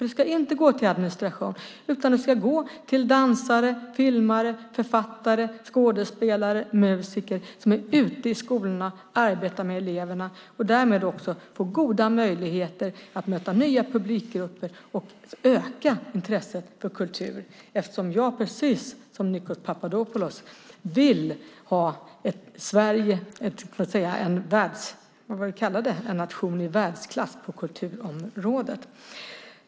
De ska inte gå till administration, utan de ska gå till dansare, filmare, författare, skådespelare och musiker som är ute i skolorna och arbetar med eleverna och därmed får goda möjligheter att möta nya publikgrupper och öka intresset för kultur. Jag vill, precis som Nikos Papadopoulos, att Sverige ska vara en nation i världsklass på kulturområdet.